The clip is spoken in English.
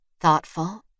thoughtful